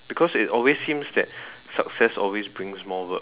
because it always seems that success always brings more work